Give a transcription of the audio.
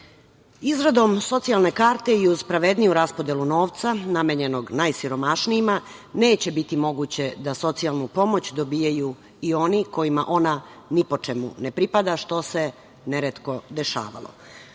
socijalne karte i uz pravedniju raspodelu novca namenjenog najsiromašnijima neće biti moguće da socijalnu pomoć dobijaju i oni kojima ona ni po čemu ne pripada, što se neretko dešavalo. Mi,